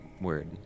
word